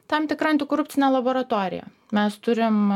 tam tikra antikorupcinė laboratorija mes turim